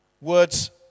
Words